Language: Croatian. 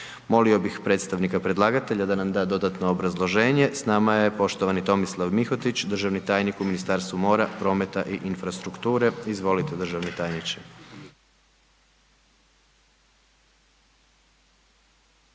Molio bih predstavnika predlagatelja da nam da dodatno obrazloženje, s nama je poštovani Tomislav Mihotić, državni tajnik u Ministarstvu mora, prometa i infrastrukture. Izvolite državni tajniče.